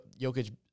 Jokic